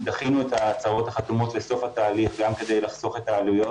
דחינו את ההצעות החתומות לסוף התהליך גם כדי לחסוך בעלויות